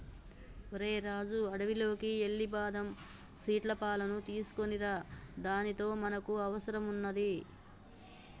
ఓరై రాజు అడవిలోకి ఎల్లి బాదం సీట్ల పాలును తీసుకోనిరా దానితో మనకి అవసరం వున్నాది